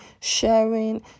sharing